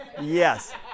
Yes